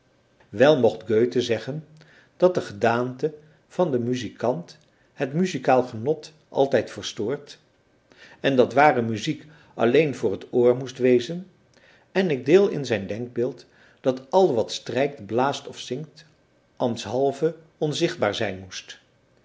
wel mocht goethe zeggen dat de gedaante van den muzikant het muzikaal genot altijd verstoort en dat ware muziek alleen voor t oor moest wezen en ik deel in zijn denkbeeld dat al wat strijkt blaast of zingt ambtshalve onzichtbaar zijn moest